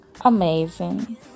amazing